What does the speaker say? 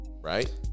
right